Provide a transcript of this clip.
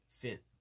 fit